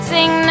Sing